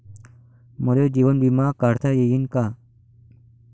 मले जीवन बिमा काढता येईन का?